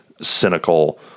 cynical